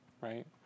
right